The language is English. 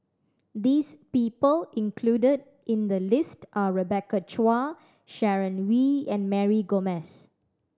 this people included in the list are Rebecca Chua Sharon Wee and Mary Gomes